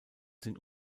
sind